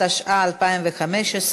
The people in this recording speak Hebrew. התשע"ה 2015,